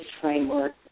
framework